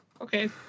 Okay